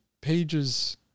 pages